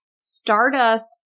Stardust